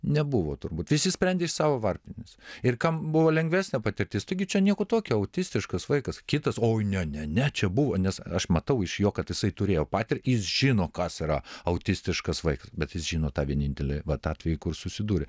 nebuvo turbūt visi sprendė iš savo varpinės ir kam buvo lengvesnė patirtis taigi čia nieko tokio autistiškas vaikas kitas oi ne ne ne čia buvo nes aš matau iš jo kad jisai turėjo patir jis žino kas yra autistiškas vaikas bet jis žino tą vienintelį vat atvejį kur susidūrė